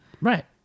Right